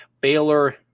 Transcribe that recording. Baylor